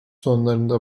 sonlarında